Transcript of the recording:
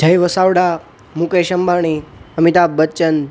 Jay Vasavada Mukesh Ambani Amitabh Bachchan